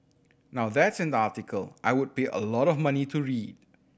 now that's an article I would pay a lot of money to read